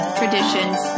traditions